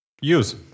Use